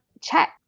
check